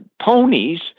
ponies